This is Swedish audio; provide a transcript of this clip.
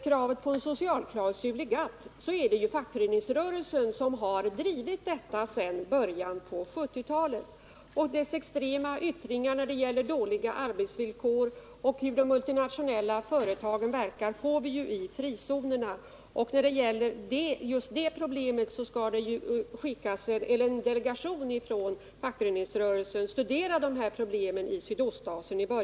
Kravet på en socialklausul i GATT har fackföreningsrörelsen drivit sedan början på 1970-talet. Extrema yttringar när det gäller dåliga arbetsvillkor och exempel på hur de multinationella företagen verkar får vi ju i frizonerna. En delegation från fackföreningsrörelsen skall i början på nästa år skickas ut för att studera dessa problem i Sydostasien.